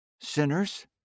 Sinners